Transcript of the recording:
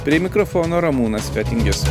prie mikrofono ramūnas fetingis